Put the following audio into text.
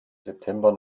september